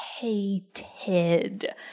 hated